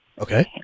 Okay